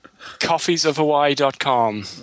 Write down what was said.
Coffeesofhawaii.com